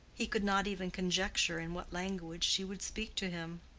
he could not even conjecture in what language she would speak to him.